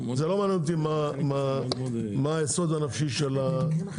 זה לא מעניין אותי מה היסוד הנפשי של המפר,